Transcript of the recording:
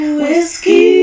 whiskey